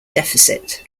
deficit